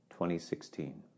2016